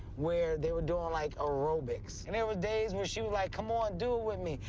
where they were doing, like, aerobics. and there were days where she was like, come on, do it with me.